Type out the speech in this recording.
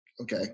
Okay